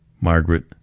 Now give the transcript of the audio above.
Margaret